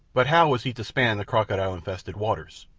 but how was he to span the crocodile-infested waters?